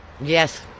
Yes